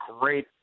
great